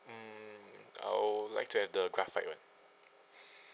mm I would like to have the graphite one